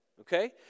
okay